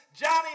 Johnny